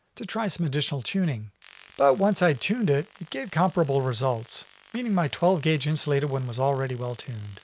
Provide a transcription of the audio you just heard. to try some additional tuning. but once i'd tuned it, it gave comparable results, meaning my twelve gauge insulated one was already well tuned.